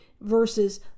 versus